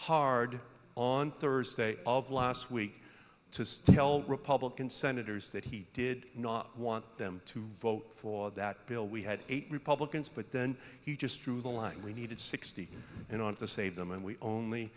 hard on thursday of last week to tell republican senators that he did not want them to vote for that bill we had eight republicans but then he just drew the line we needed sixty you know at the save them and we only